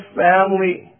family